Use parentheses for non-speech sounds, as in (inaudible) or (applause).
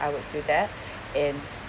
I would do that (breath) in